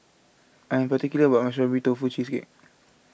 I'm particular about my Strawberry Tofu Cheesecake